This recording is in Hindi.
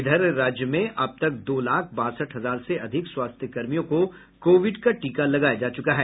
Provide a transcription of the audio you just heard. इधर राज्य में अब तक दो लाख बासठ हजार से अधिक स्वास्थ्य कर्मियों को कोविड का टीका लगाया जा चुका है